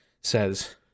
says